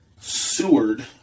Seward